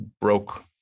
broke